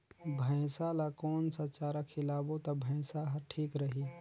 भैसा ला कोन सा चारा खिलाबो ता भैंसा हर ठीक रही?